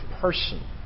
person